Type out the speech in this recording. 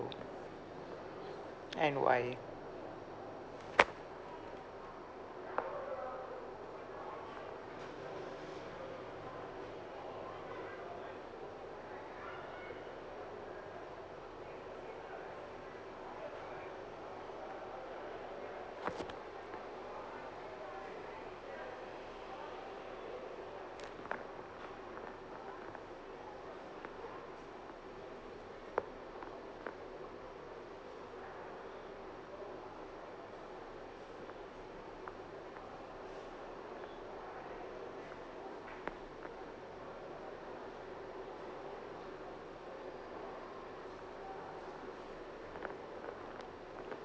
and why